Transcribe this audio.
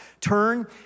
turn